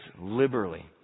liberally